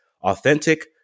authentic